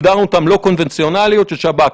הגדרנו אותן, לא קונבנציונליות של השב"כ.